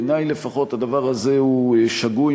בעיני לפחות הדבר הזה הוא שגוי,